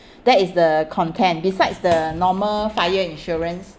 that is the content besides the normal fire insurance